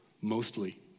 mostly